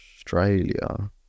Australia